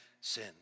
sin